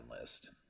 list